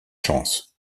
chance